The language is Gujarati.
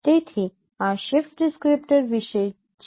તેથી આ શિફ્ટ ડિસ્ક્રીપ્ટર વિશે છે